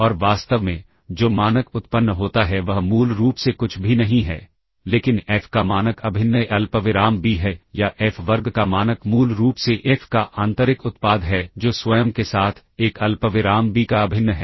और वास्तव में जो मानक उत्पन्न होता है वह मूल रूप से कुछ भी नहीं है लेकिन एफ का मानक अभिन्न ए अल्पविराम बी है या एफ वर्ग का मानक मूल रूप से एफ का आंतरिक उत्पाद है जो स्वयं के साथ एक अल्पविराम बी का अभिन्न है